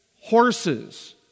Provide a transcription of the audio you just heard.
horses